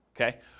okay